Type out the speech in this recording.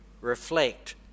reflect